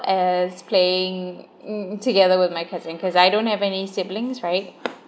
as playing together with my cousin cause I don't have any siblings right